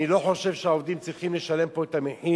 אני לא חושב שהעובדים צריכים לשלם פה את המחיר,